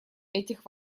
этих